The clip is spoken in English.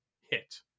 hit